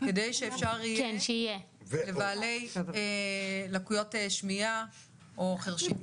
כדי שאפשר יהיה לבעלי לקויות שמיעה או חירשים.